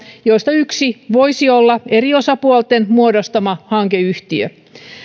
joista yksi voisi olla eri osapuolten muodostama hankeyhtiö